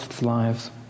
lives